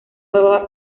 fue